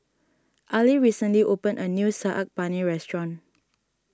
Ali recently opened a new Saag Paneer restaurant